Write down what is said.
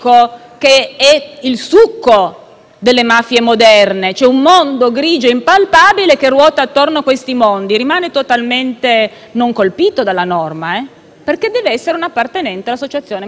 delle mafie moderne (c'è infatti un mondo grigio impalpabile che ruota attorno a questi mondi), rimane totalmente non colpito dalla norma, perché in virtù di essa deve trattarsi di un appartenente all'associazione mafiosa. Questo è un passo avanti?